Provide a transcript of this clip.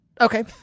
okay